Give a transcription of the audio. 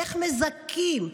איך מזכים?